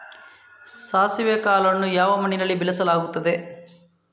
ಸಾಸಿವೆ ಕಾಳನ್ನು ಯಾವ ಮಣ್ಣಿನಲ್ಲಿ ಬೆಳೆಸಲಾಗುತ್ತದೆ?